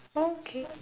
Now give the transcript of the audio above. okay